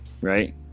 right